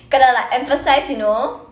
gotta like emphasise you know